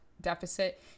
deficit